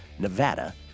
Nevada